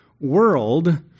world